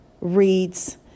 reads